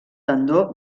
tendó